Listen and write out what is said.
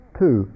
two